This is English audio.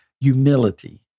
Humility